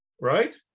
right